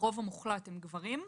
הרוב המוחלט הם גברים,